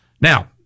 Now